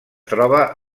troba